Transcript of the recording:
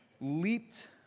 leaped